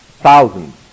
thousands